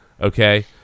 okay